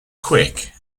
quick